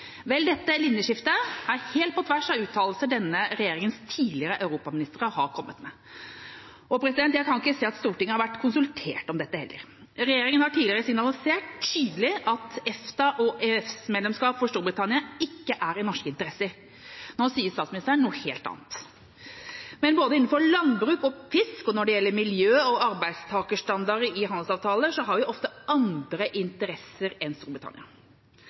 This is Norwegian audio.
Vel, dette linjeskiftet er helt på tvers av uttalelser denne regjeringens tidligere europaministre har kommet med. Og jeg kan ikke se at Stortinget har vært konsultert om dette heller. Regjeringen har tidligere signalisert tydelig at EFTA- og EØS-medlemskap for Storbritannia ikke er i norske interesser. Nå sier statsministeren noe helt annet. Men når det gjelder både landbruk og fisk, og når det gjelder miljø- og arbeidstakerstandarder i handelsavtaler, har vi ofte andre interesser enn Storbritannia.